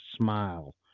smile